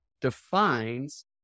defines